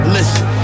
Listen